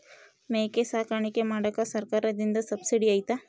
ಮೇಕೆ ಸಾಕಾಣಿಕೆ ಮಾಡಾಕ ಸರ್ಕಾರದಿಂದ ಸಬ್ಸಿಡಿ ಐತಾ?